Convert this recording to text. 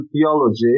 theology